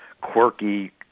quirky